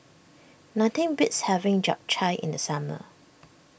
nothing beats having Japchae in the summer